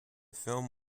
film